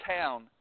town